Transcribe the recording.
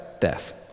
death